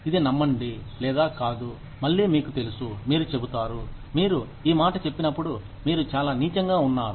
ఇది నమ్మండి లేదా కాదు మళ్లీ మీకు తెలుసు మీరు చెబుతారు మీరు ఈ మాట చెప్పినప్పుడు మీరు చాలా నీచంగా ఉన్నారు